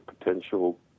potential